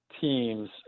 teams